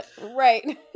Right